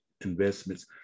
investments